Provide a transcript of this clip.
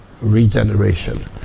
Regeneration